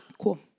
Cool